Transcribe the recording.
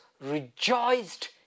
rejoiced